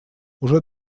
уже